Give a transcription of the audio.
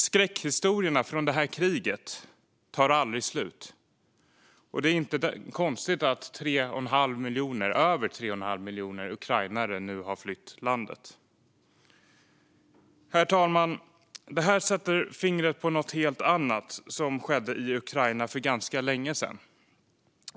Skräckhistorierna från detta krig tar aldrig slut. Det är inte konstigt att över 3 1⁄2 miljon ukrainare nu har flytt från landet. Herr talman! Detta sätter fingret på något helt annat som skedde i Ukraina för ganska länge sedan.